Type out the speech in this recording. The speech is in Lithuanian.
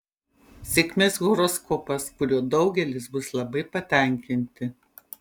sėkmės horoskopas kuriuo daugelis bus labai patenkinti